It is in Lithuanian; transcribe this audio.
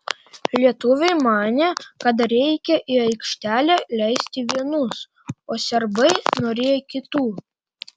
lietuviai manė kad reikia į aikštelę leisti vienus o serbai norėjo kitų